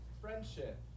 Friendship